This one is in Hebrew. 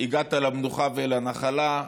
הגעת למנוחה ולנחלה,